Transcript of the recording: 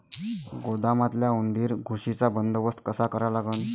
गोदामातल्या उंदीर, घुशीचा बंदोबस्त कसा करा लागन?